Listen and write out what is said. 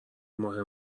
مهم